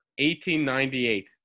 1898